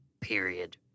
period